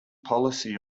policy